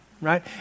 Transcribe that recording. right